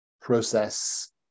process